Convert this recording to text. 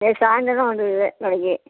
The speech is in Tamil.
நேற்று சாய்ந்தரம் வந்துது வேலைக்கி